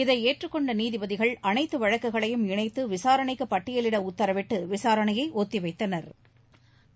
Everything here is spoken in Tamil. இதை ஏற்றுக்கொண்ட நீதிபதிகள் அனைத்து வழக்குகளையும் இணைத்து விசாரணைக்கு பட்டியலிட உத்தரவிட்டு விசாரணையை ஒத்திவைத்தனா்